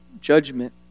judgment